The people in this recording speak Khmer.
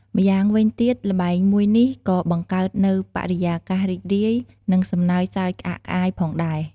ម្យ៉ាងវិញទៀត ល្បែងមួយនេះក៏បង្កើតនូវបរិយាកាសរីករាយ និងសំណើចសើចក្អាកក្អាយផងដែរ។